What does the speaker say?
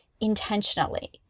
intentionally